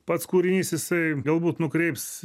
pats kūrinys jisai galbūt nukreips